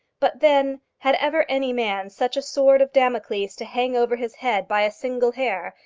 but then, had ever any man such a sword of damocles to hang over his head by a single hair,